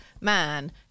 man